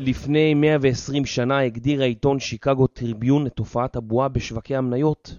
לפני 120 שנה הגדיר העיתון שיקגו טרביון את הופעת הבועה בשווקי המניות